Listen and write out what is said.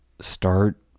start